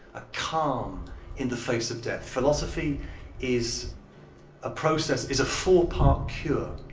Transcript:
a calm in the face of death. philosophy is a process, is a four-part cure,